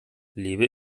lebe